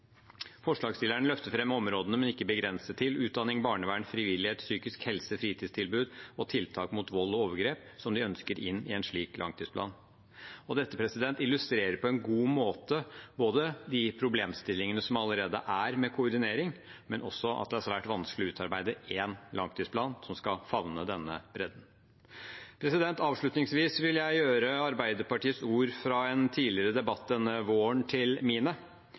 Forslagsstillerne løfter fram områdene – men ikke begrenset til – utdanning, barnevern, frivillighet, psykisk helse, fritidstilbud og tiltak mot vold og overgrep, som de ønsker inn i en slik langtidsplan. Dette illustrerer på en god måte både de problemstillingene som allerede er med koordinering, og også at det er svært vanskelig å utarbeide én langtidsplan som skal favne denne bredden. Avslutningsvis vil jeg gjøre Arbeiderpartiets ord fra en tidligere debatt denne våren til mine: